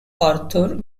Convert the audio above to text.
arthur